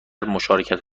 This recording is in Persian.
مشارکت